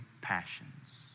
passions